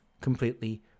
completely